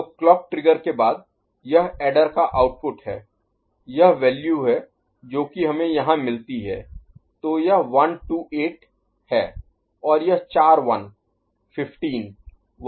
तो clock trigger के बाद यह ऐडर का आउटपुट है यह वैल्यू है जो कि हमें यहाँ मिलती है तो यह 128 है और यह चार 1 15 - 143